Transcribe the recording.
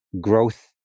growth